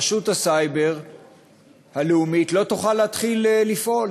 רשות הסייבר הלאומית לא תוכל להתחיל לפעול,